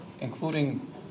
including